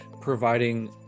providing